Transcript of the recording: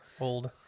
Old